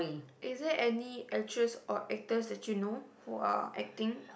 is there any actress or actor that you know who are acting